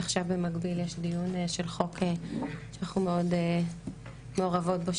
עכשיו במקביל יש דיון של חוק שאנחנו מאוד מעורבות בו,